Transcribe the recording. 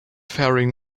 faring